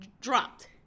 dropped